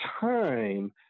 time